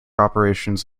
operations